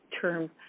term